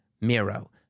Miro